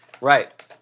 right